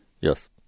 Yes